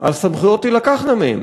הסמכויות תילקחנה מהן